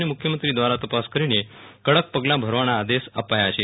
અને મુખ્યમંત્રી દ્રારા તપાસ કરીને કડક પગલા ભરવાના આદેશ અપાયા છે